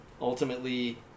ultimately